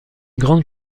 grande